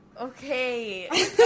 Okay